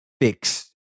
fix